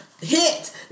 Hit